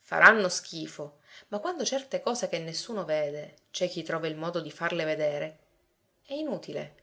faranno schifo ma quando certe cose che nessuno vede c'è chi trova il modo di farle vedere è inutile